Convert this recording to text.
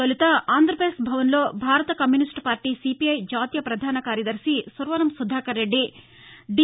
తొలుత ఆంధ్రప్రదేశ్ భవన్ లో భారత కమ్యూనిస్టు పార్టీ సీపీఐ జాతీయ పధాన కార్యదర్శి సురవరం సుధాకరరెడ్డి ది